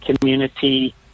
community